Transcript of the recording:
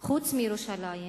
חוץ מירושלים,